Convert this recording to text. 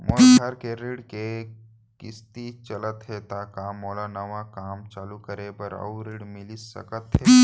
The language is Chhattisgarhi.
मोर घर के ऋण के किसती चलत हे ता का मोला नवा काम चालू करे बर अऊ ऋण मिलिस सकत हे?